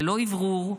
ללא אוורור,